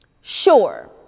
Sure